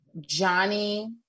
johnny